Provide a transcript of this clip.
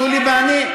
שולי ואני?